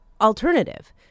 alternative